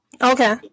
Okay